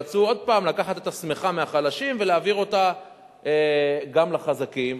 רצו עוד פעם לקחת את השמיכה מהחלשים ולהעביר אותה גם לחזקים,